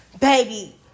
baby